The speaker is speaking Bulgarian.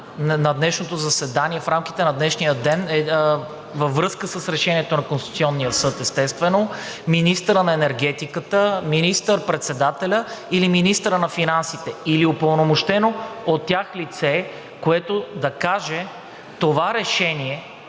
на днешното заседание, в рамките на днешния ден, във връзка с решението на Конституционния съд, естествено, министъра на енергетиката, министър-председателя или министъра на финансите, или упълномощено от тях лице, което да каже това решение